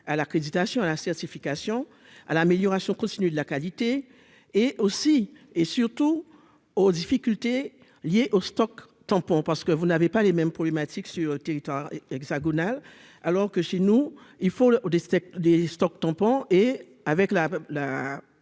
à l'accréditation à la certification à l'amélioration continue de la qualité et aussi et surtout aux difficultés liées aux stocks tampons parce que vous n'avez pas les mêmes problématiques sur le territoire hexagonal, alors que chez nous, il faut le haut des steaks, des stocks tampons et avec la